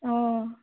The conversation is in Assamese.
অঁ